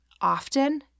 often